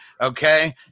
okay